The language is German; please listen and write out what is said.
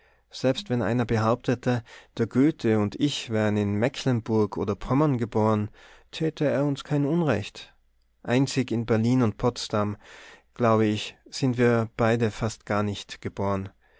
selbst wenn einer behauptete der goethe und ich wären in mecklenburg oder pommern geboren täte er uns kein unrecht einzig in berlin und in potsdam glaube ich sind wir beide fast gar nicht geboren